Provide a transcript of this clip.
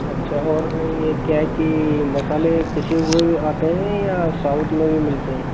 अच्छा और ये क्या है कि मसाले पिसे हुये आते हैं या साबुत में भी मिलते हैं